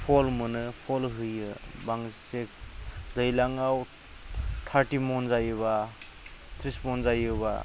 फल मोनो फल होयो दैज्लांआव थारटि मन जायोब्ला थ्रिस मन जायोब्ला